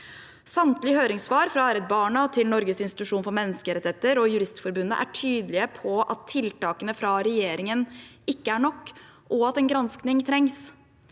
Samtlige høringssvar, fra Redd Barna til Norges institusjon for menneskerettigheter og Juristforbundet, er tydelige på at tiltakene fra regjeringen ikke er nok, og at en granskning trengs.